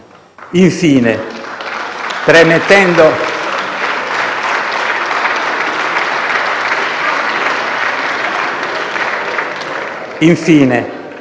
Infine, premettendo